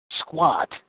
Squat